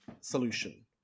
solution